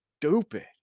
stupid